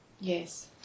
Yes